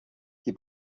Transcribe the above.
die